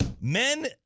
Men